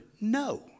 No